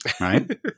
right